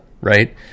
right